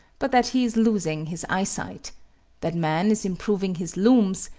but that he is losing his eyesight that man is improving his looms,